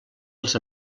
els